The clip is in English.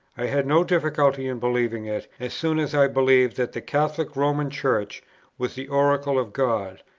i had no difficulty in believing it, as soon as i believed that the catholic roman church was the oracle of god,